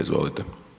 Izvolite.